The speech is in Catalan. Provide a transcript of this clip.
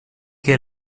que